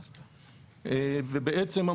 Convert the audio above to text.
ובעצם,